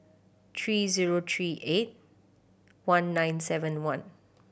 three zero three eight one nine seven one